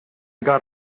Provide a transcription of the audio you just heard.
got